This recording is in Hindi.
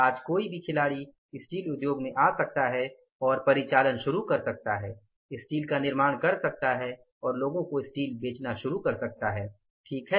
आज कोई भी खिलाड़ी स्टील उद्योग में आ सकता है और परिचालन शुरू कर सकते हैं स्टील का निर्माण कर सकता हैं और लोगों को स्टील बेचना शुरू कर सकता हैं ठीक है